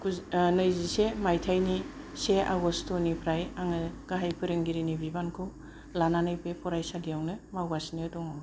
गु नैजिसै माइथायनि से आगष्ट निफ्राय आङो गाहाय फोरोंगिरिनि बिबानखौ लानानै बे फरायसालियावनो मावगासिनो दङ